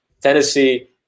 Tennessee